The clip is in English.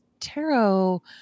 tarot